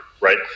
right